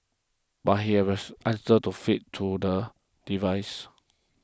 but he answers to fed to the devices